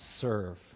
serve